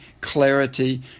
clarity